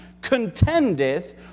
contendeth